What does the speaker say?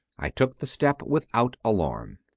i took the step without alarm.